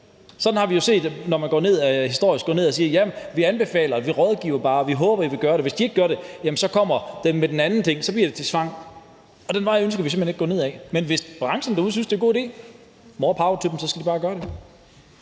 at det historisk har været. Man går ned og siger, at ja, vi anbefaler, og vi rådgiver bare, vi håber, at I vil gøre det, og hvis de ikke gør det, kommer den anden ting, og så bliver det til tvang. Og den vej ønsker vi simpelt hen ikke at gå ned ad. Men hvis branchen derude synes, det er en god idé, så more power til dem, så skal de bare gøre det.